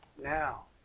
Now